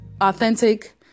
authentic